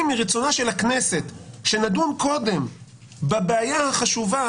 מרצונה של הכנסת שנדון קודם בבעיה החשובה,